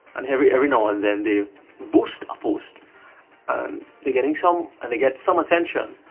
and every every now and then they boost a post and they're getting some and they get some attention.